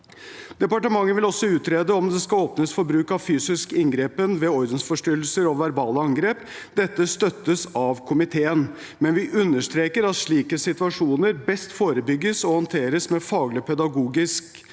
Departementet vil også utrede om det skal åpnes for bruk av fysisk inngripen ved ordensforstyrrelser og verbale angrep. Dette støttes av komiteen, men vi understreker at slike situasjoner best forebygges og håndteres med faglige og pedagogiske